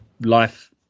life